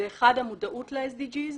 אחד, המודעות ל-SDGs,